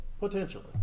Potentially